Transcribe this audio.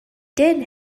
did